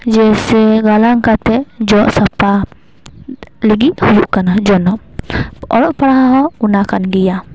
ᱡᱮᱥᱮ ᱜᱟᱞᱟᱜ ᱠᱟᱛᱮ ᱡᱚᱜ ᱥᱟᱯᱷᱟ ᱞᱟᱹᱜᱤᱫ ᱦᱩᱭᱩᱜ ᱠᱟᱱᱟ ᱡᱚᱱᱚᱜ ᱚᱞᱚᱜ ᱯᱟᱲᱦᱟᱣ ᱦᱚᱸ ᱚᱱᱟ ᱠᱟᱱ ᱜᱮᱭᱟ